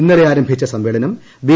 ഇന്നലെ ആരംഭിച്ച സമ്മേളനം ബി